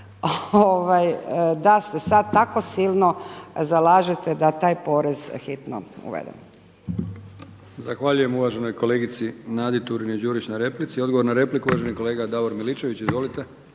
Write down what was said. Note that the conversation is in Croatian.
da ste sad tako silno zalažete da taj porez hitno uvedemo.